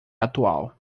atual